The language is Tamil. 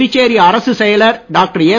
புதுச்சேரி அரசின் செயலாளர் டாக்டர் எஸ்